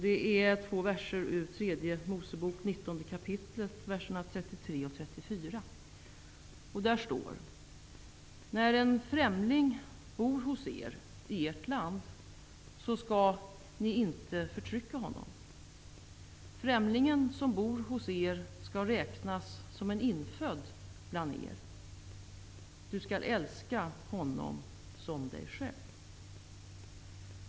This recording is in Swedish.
Det är två verser ur ''När en främling bor hos er i ert land, skall ni inte förtrycka honom. Främlingen som bor hos er skall räknas som en infödd bland er, du skall älska honom som dig själv.''